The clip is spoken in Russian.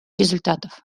результатов